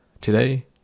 Today